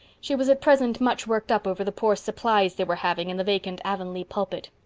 she was at present much worked up over the poor supplies they were having in the vacant avonlea pulpit.